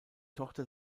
tochter